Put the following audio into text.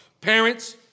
Parents